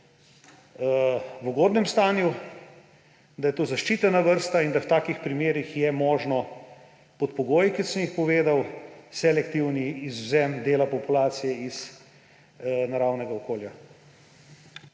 v ugodnem stanju, da je to zaščitena vrsta in da v takih primerih je možen pod pogoji, ki sem jim povedal, selektiven izvzem dela populacije iz naravnega okolja.